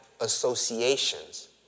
associations